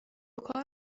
کار